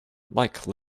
like